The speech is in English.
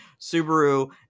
Subaru